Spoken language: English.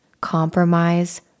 compromise